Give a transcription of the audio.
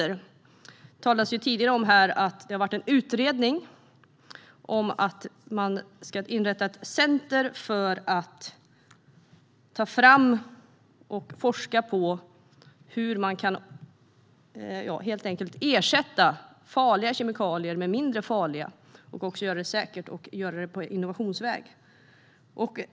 Det talades tidigare om att det gjorts en utredning om att inrätta ett centrum för att ta fram och forska på hur man kan ersätta farliga kemikalier med mindre farliga och göra det på ett säkert och innovativt sätt.